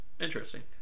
Interesting